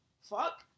Fuck